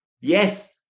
yes